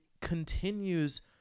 continues